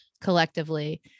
collectively